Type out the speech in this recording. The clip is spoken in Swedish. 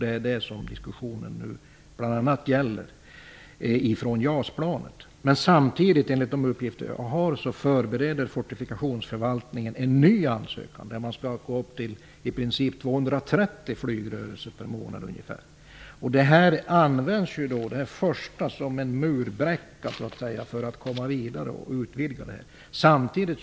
Det är det som diskussionen nu bl.a. gäller. Enligt de uppgifter som jag har förbereder Fortifikationsförvaltningen nu en ny ansökan om ungefär 230 flygrörelser per månad. Den första ansökan används som en murbräcka för att man skall komma vidare och utvidga verksamheten.